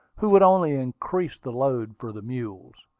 who would only increase the load for the mules.